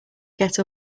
get